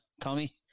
Tommy